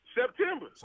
September